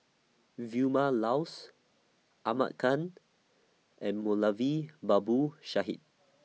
Vilma Laus Ahmad Khan and Moulavi Babu Sahib